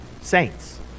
saints